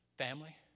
family